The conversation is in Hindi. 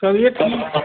चलिए ठीक है